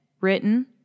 written